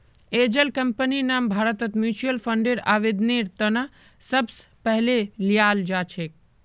angel कम्पनीर नाम भारतत म्युच्युअल फंडर आवेदनेर त न सबस पहले ल्याल जा छेक